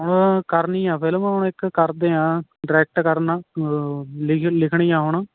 ਹਾਂ ਕਰਨੀ ਆ ਫਿਲਮ ਹੁਣ ਇੱਕ ਕਰਦੇ ਹਾਂ ਡਾਇਰੈਕਟ ਕਰਨਾ ਲਿਖਣੀ ਆ ਹੁਣ ਹੁਣ